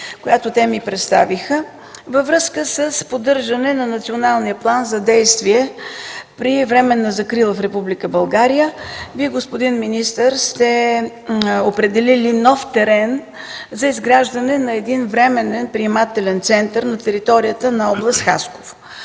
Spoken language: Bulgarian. която те ми представиха, във връзка с поддържане на Националния план за действие при временна закрила в Република България. Вие, господин министър, сте определили нов терен за изграждане на временен приемателен център на територията на област Хасково.